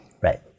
Right